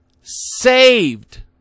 saved